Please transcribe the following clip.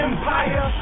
Empire